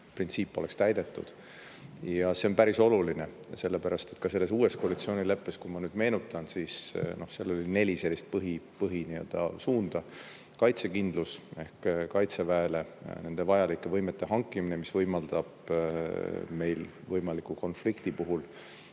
printsiip oleks täidetud. Ja see on päris oluline, sellepärast et selles uues koalitsioonileppes, kui ma meenutan, siis seal oli neli põhipõhisuunda: kaitsekindlus ehk kaitseväele nende vajalike võimete hankimine, mis võimaldab meil võimalikku konflikti puhul